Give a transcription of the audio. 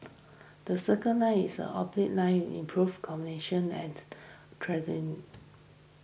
the Circle Line is orbital line improves connectivity and trad in